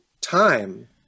time